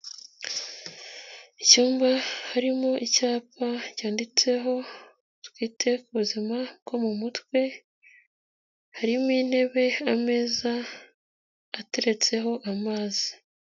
Icyumba harimo icyapa cyanditseho twite ku buzima bwo mu mutwe, harimo intebe, ameza ateretseho amazi.